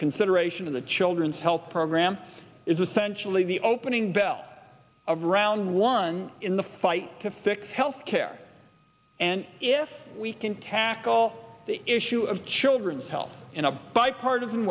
consideration of the children's health program is essentially the opening bell of round one in the fight to fix health care and if we can tackle the issue of children's health in a bipartisan